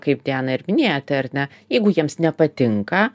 kaip diana ir minėjote ar ne jeigu jiems nepatinka